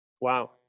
wow